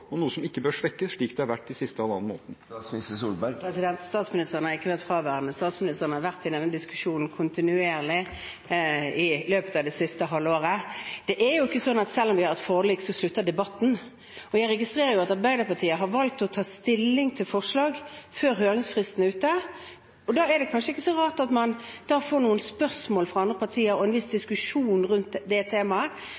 og noe som ikke bør svekkes, slik det har vært den siste halvannen måneden. Statsministeren har ikke vært fraværende. Statsministeren har vært i denne diskusjonen kontinuerlig i løpet av det siste halvåret. Det er ikke sånn at selv om vi har et forlik, så slutter debatten. Jeg registrerer at Arbeiderpartiet har valgt å ta stilling til forslag før høringsfristen er ute, og da er det kanskje ikke så rart at man får noen spørsmål fra andre partier og en viss